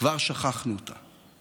כבר שכחנו אותה,